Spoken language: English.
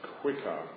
quicker